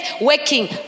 working